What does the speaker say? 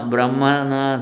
Brahmana